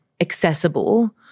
accessible